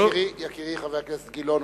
יקירי חבר הכנסת גילאון,